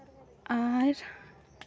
ᱟᱨ